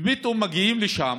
ופתאום מגיעים לשם